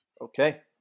Okay